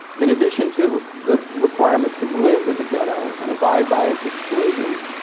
in addition to the requirement to live in the ghetto and abide by its exclusions,